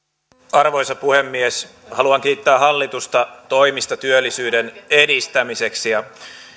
arvoisa puhemies haluan kiittää hallitusta toimista työllisyyden edistämiseksi ja